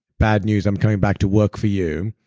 bad news, i'm coming back to work for you.